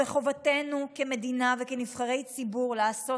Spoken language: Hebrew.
זאת חובתנו כמדינה וכנבחרי ציבור לעשות